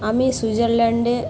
আমি সুইজারল্যান্ডে